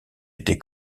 été